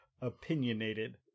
Opinionated